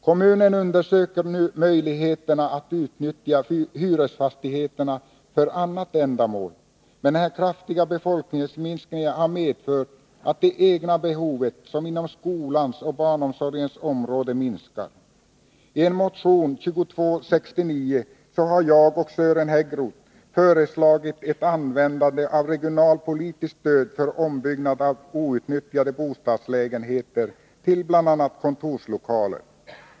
Kommunen undersöker nu möjligheterna att utnyttja hyresfastigheterna för andra ändamål, men den kraftiga befolkningsminskningen har medfört att det egna behovet inom t.ex. skolans och barnomsorgens område minskar. I motion 2269 har jag och Sören Häggroth föreslagit ett användande av regionalpolitiskt stöd för ombyggnad av outnyttjade bostadslägenheter till bl.a. kontorslokaler.